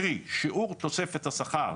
קרי שיעור תוספת השכר